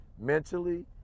mentally